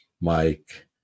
Mike